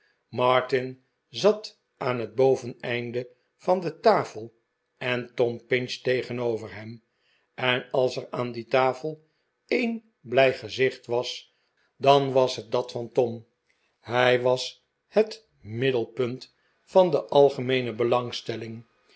martin zat aan het boveneinde van de tafel en tom pinch tegenover hem en als er aan die tafel een blij gezicht was dan was het dat van tom hij was het middeh punt van de algemeene belangstelling